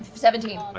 seventeen.